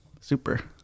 super